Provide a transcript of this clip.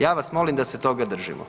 Ja vas molim da se toga držimo.